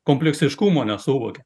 kompleksiškumo nesuvokia